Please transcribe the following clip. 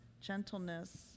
gentleness